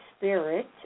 spirit